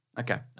Okay